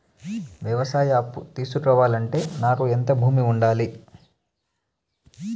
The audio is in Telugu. వ్యవసాయ అప్పు తీసుకోవాలంటే నాకు ఎంత భూమి ఉండాలి?